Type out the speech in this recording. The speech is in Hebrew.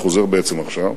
חוזר בעצם עכשיו,